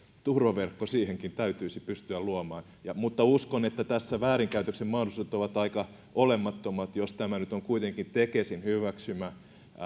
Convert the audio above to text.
turvaverkko siihenkin täytyisi pystyä luomaan mutta uskon että tässä väärinkäytöksen mahdollisuudet ovat aika olemattomat jos se nyt on kuitenkin tekesin hyväksymä